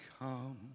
come